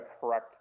correct